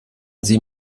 sie